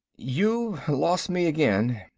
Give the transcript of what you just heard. you've lost me again.